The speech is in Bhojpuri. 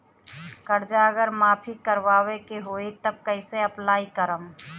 कर्जा अगर माफी करवावे के होई तब कैसे अप्लाई करम?